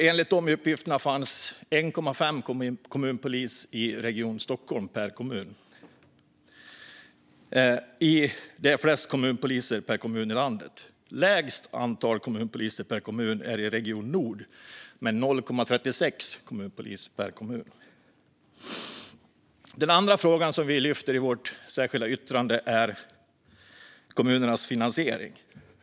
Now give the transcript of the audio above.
Enligt samma uppgifter fanns det i Region Stockholm 1,5 kommunpoliser per kommun, vilket är flest kommunpoliser per kommun i landet. Lägst antal kommunpoliser per kommun finns i Region Nord, som har 0,36 kommunpoliser per kommun. Den andra frågan vi lyfter i vårt särskilda yttrande är kommunernas finansiering.